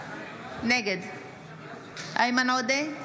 נגד איימן עודה,